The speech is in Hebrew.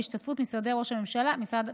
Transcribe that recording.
בהשתתפות משרד ראש הממשלה,